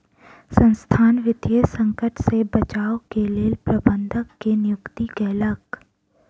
संसथान वित्तीय संकट से बचाव के लेल प्रबंधक के नियुक्ति केलक